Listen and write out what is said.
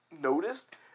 noticed